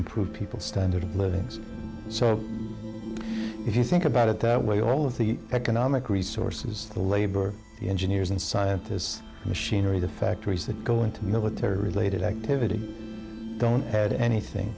reprove people standard of living so if you think about it that way all of the economic resources the labor the engineers and scientists machinery the factories that go into military related activity don't add anything